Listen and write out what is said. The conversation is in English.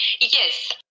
Yes